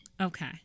Okay